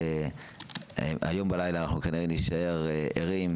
היום בלילה אנחנו כנראה נישאר ערים,